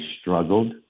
struggled